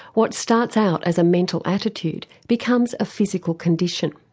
what starts out as a mental attitude becomes a physical condition.